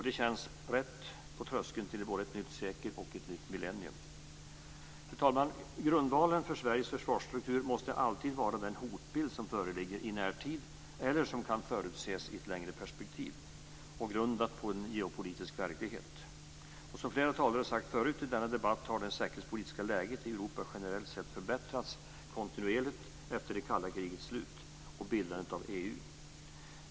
Det känns rätt på tröskeln till både ett nytt sekel och ett nytt millennium. Fru talman! Grundvalen för Sveriges försvarsstruktur måste alltid vara den hotbild som föreligger i närtid eller som kan förutses i ett längre perspektiv, grundat på en geopolitisk verklighet. Som flera talare sagt förut i denna debatt har det säkerhetspolitiska läget i Europa generellt sett förbättrats kontinuerligt efter det kalla krigets slut och bildandet av EU.